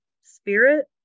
spirit